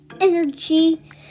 energy